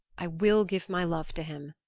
i will give my love to him,